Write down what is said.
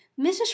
mrs